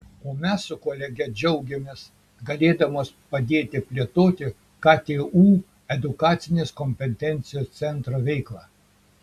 o mes su kolege džiaugiamės galėdamos padėti plėtoti ktu edukacinės kompetencijos centro veiklą